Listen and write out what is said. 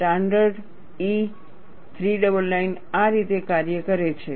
standard E399 આ રીતે કાર્ય કરે છે